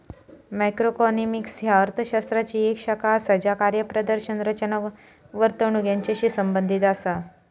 macroeconomics ह्या अर्थ शास्त्राची येक शाखा असा ज्या कार्यप्रदर्शन, रचना, वर्तणूक यांचाशी संबंधित असा